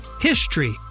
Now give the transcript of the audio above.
HISTORY